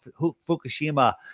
Fukushima